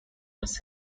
was